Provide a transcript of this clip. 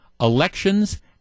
elections